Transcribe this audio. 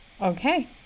Okay